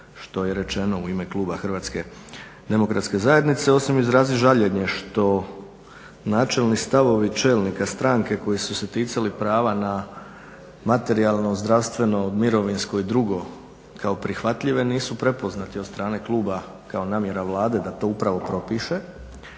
što je rečeno u ime Kluba HDZ-a osim izrazit žaljenje što načelni stavovi čelnika stranke koji su se ticali prava na materijalno, zdravstveno, mirovinsko i drugo kao prihvatljive nisu prepoznati od strane kluba kao namjera Vlade da to upravo propiše